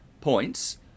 points